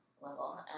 level